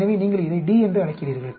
எனவே நீங்கள் இதை D என்று அழைக்கிறீர்கள்